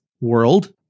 world